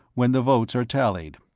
when the votes are tallied.